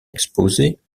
exposées